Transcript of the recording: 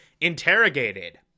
interrogated